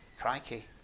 crikey